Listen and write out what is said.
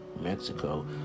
Mexico